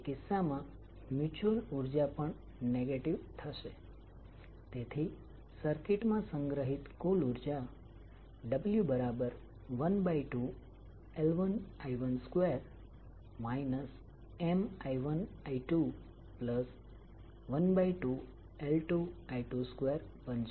તે કિસ્સામાં મ્યુચ્યુઅલ ઉર્જા પણ નેગેટિવ થશે તેથી સર્કિટ માં સંગ્રહિત કુલ ઉર્જા w12L1I12 MI1I212L2I22 બનશે